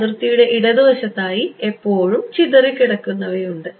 ഈ അതിർത്തിയുടെ ഇടതുവശത്തായി എപ്പോഴും ചിതറിക്കിടക്കുന്നവയുണ്ട്